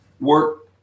work